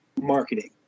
marketing